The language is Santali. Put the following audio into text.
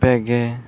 ᱯᱮ ᱜᱮ